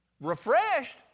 Refreshed